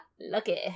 lucky